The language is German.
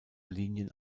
linien